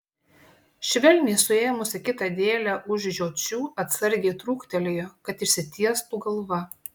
švelniai suėmusi kitą dėlę už žiočių atsargiai trūktelėjo kad išsitiestų galva